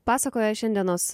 pasakoja šiandienos